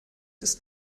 ist